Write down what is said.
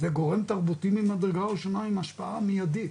זה גורם תרבותי ממדרגה ראשונה עם השפעה מיידית.